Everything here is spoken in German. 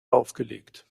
aufgelegt